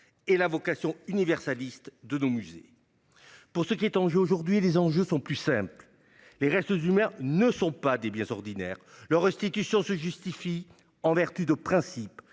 et la vocation universaliste de nos musées. Pour ce qui est en jeu aujourd'hui, les enjeux sont plus simples. Les restes humains ne sont pas des biens ordinaires. Leur restitution se justifie en vertu de principes